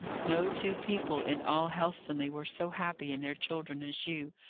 no two people in all helstonleigh were so happy in their children as you!